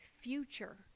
future